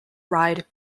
ride